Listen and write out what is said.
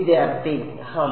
വിദ്യാർത്ഥി ഹം